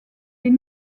des